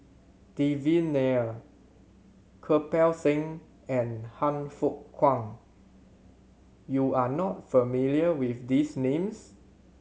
Devan Nair Kirpal Singh and Han Fook Kwang you are not familiar with these names